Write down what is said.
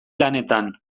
lanetan